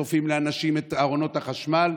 שורפים לאנשים את ארונות החשמל.